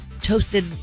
toasted